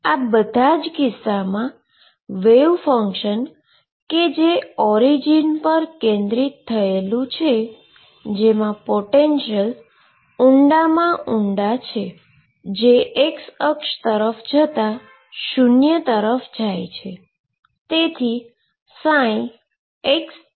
આ બધા જ કિસ્સામાં વેવ ફંક્શન કે જે ઓરીજીન પર કેંદ્રીત થયેલું છે જેમાં પોટેંશીઅલ ઉંડામા ઉંડા છે જે x અક્ષ તરફ જતા શુન્ય તરફ જાય છે